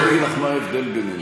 אז בואי אני אגיד לך מה ההבדל בינינו.